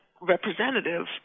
representative